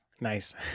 Nice